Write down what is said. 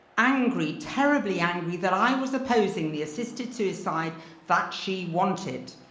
angry, terribly angry that i was opposing the assisted suicide that she wanted.